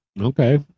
Okay